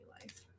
life